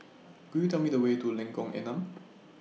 Could YOU Tell Me The Way to Lengkong Enam